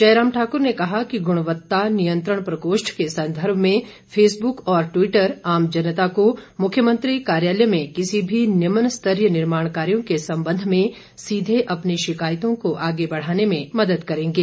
जयराम ठाकुर ने कहा कि गुणवत्ता नियंत्रण प्रकोष्ठ के संदर्भ में फेसबुक और टवीटर आम जनता को मुख्यमंत्री कार्यालय में किसी भी निम्नस्तरीय निर्माण कार्यो के संबंध में सीधे अपनी शिकायतों को आगे बढ़ाने में मदद करेंगे